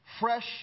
fresh